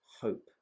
hope